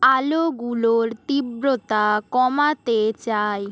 আলোগুলোর তীব্রতা কমাতে চাই